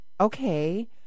okay